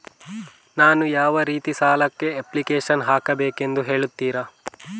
ನಾನು ಯಾವ ರೀತಿ ಸಾಲಕ್ಕೆ ಅಪ್ಲಿಕೇಶನ್ ಹಾಕಬೇಕೆಂದು ಹೇಳ್ತಿರಾ?